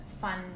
fun